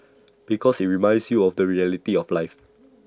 because IT reminds you of the reality of life